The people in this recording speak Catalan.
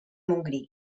montgrí